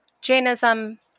Jainism